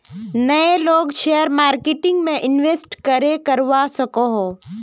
नय लोग share marketing में इंवेस्ट करे करवा सकोहो?